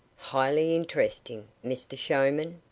highly interesting, mr showman,